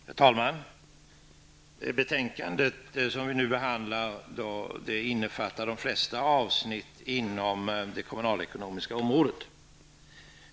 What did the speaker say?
Herr talman! Det betänkande som vi nu behandlar innefattar de flesta avsnitt inom det kommunalekonomiska området.